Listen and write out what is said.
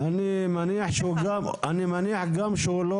אני מניחה שהיום